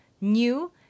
new